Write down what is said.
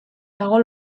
dago